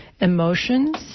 emotions